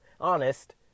Honest